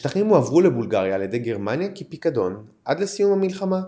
השטחים הועברו לבולגריה על ידי גרמניה כפיקדון עד לסיום המלחמה,